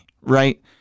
right